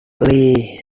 lee